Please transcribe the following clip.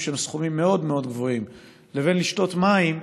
שהם סכומים מאוד מאוד גבוהים לבין שתיית מים,